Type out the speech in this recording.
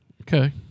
Okay